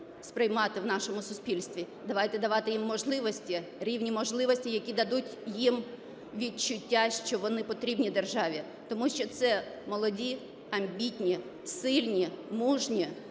сприймати в нашому суспільстві. Давайте давати їх можливості, рівні можливості, які дадуть їм відчуття, що вони потрібні державі. Тому що це молоді, амбітні, сильні, мужні